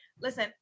Listen